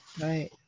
Right